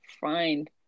find